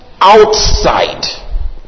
outside